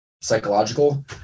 psychological